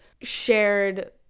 shared